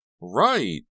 Right